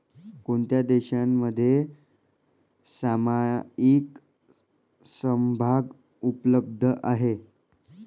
कोणत्या देशांमध्ये सामायिक समभाग उपलब्ध आहेत?